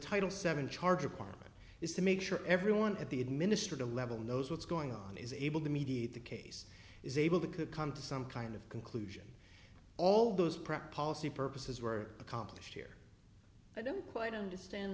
title seven charge of parliament is to make sure everyone at the administrative level knows what's going on is able to mediate the case is able to could come to some kind of conclusion all those present policy purposes were accomplished here i don't quite understand